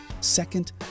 Second